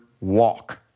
walk